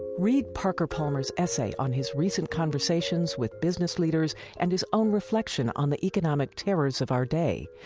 read parker palmer's essay on his recent conversations with business leaders and his own reflection on the economic terrors of our day.